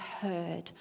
heard